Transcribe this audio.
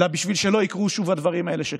אלא בשביל שלא יקרו שוב הדברים האלה שקרו,